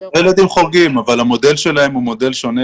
ילדים חורגים אבל המודל שלהם הוא מודל שונה.